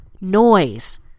noise